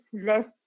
less